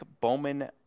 Bowman